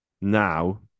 now